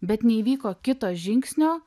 bet neįvyko kito žingsnio